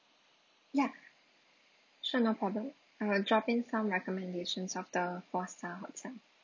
ya sure no problem I will drop in some recommendations of the four star hotel